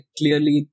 clearly